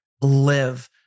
live